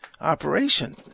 operation